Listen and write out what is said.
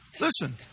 listen